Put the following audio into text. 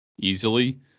easily